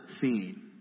scene